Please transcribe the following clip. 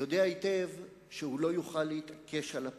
יודע היטב שהוא לא יוכל להתעקש על הפרטים.